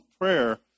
prayer